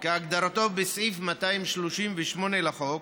כהגדרתו בסעיף 238 לחוק,